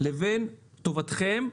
לבין טובתכם,